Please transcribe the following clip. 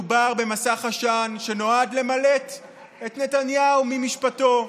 מדובר במסך עשן שנועד למלט את נתניהו ממשפטו.